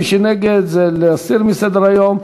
מי שנגד זה להסיר מסדר-היום.